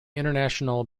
international